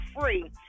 free